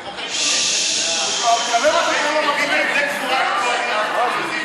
זה מה שאתם.